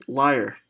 liar